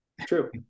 True